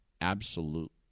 absolute